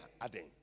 adding